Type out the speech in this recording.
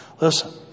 Listen